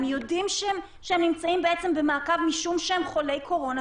הם יודעים שהם נמצאים במעקב משום שהם חולי קורונה,